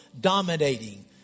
dominating